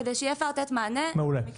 כדי שיהיה אפשר לתת מענה במקרים.